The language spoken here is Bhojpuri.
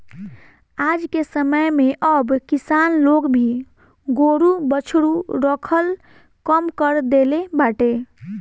आजके समय में अब किसान लोग भी गोरु बछरू रखल कम कर देले बाटे